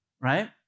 Right